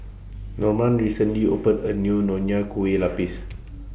Norman recently opened A New Nonya Kueh Lapis